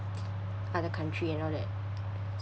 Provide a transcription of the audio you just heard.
other country and all that